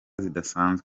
zidasanzwe